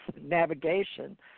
navigation